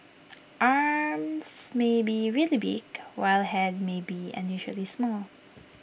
arms may be really big while Head may be unusually small